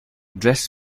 dress